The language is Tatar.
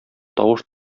тавыш